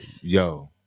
yo